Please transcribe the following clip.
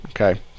okay